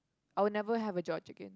I will never have a George again